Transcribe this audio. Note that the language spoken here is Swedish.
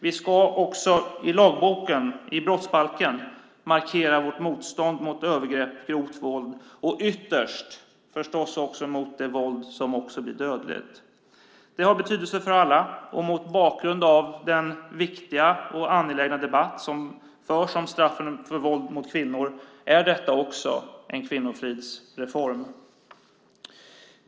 Vi ska också i lagboken, i brottsbalken, markera vårt motstånd mot övergrepp och grovt våld och ytterst mot det våld som också blir dödligt. Det har betydelse för alla. Mot bakgrund av den viktiga och angelägna debatt som förs om straffen för våld mot kvinnor är detta också en kvinnofridsreform.